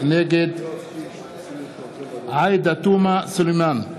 נגד עאידה תומא סלימאן,